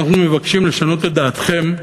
אנחנו מבקשים לשנות את דעתכם,